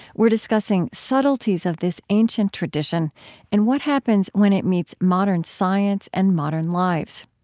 we're discussing subtleties of this ancient tradition and what happens when it meets modern science and modern lives.